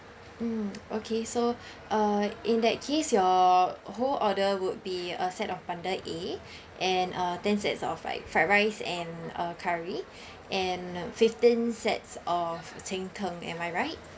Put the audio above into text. mm okay so uh in that case your whole order would be a set of bundle A and uh ten sets of like fried rice and uh curry and fifteen sets of cheng tng am I right